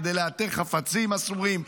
כדי לאתר חפצים אסורים,